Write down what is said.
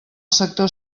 sector